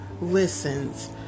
listens